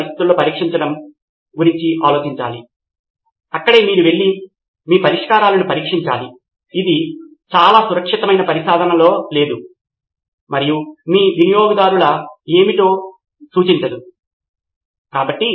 ఈ పరిస్థితిలో మనము ఒక తరగతి ప్రతినిధిని కలిగి ఉంటాము అతను నాయకత్వం వహిస్తాడు మరియు నిర్ధారించుకుంటాడు నితిన్ కురియన్ ప్రాథమికంగా మళ్ళీ ఒక నిర్వాహకుడు ఒక సమాచారము మరియు విద్యార్థులు ఆ యొక్క సమాచారమునకు సహకరిస్తున్నారని నిర్ధారించుకోవాలి